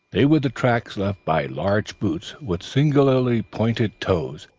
they were the tracks left by large boots with singularly pointed toes,